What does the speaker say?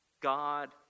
God